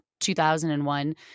2001